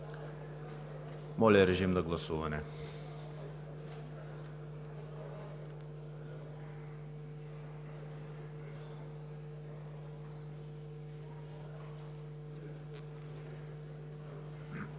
Моля, режим на гласуване